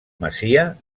masia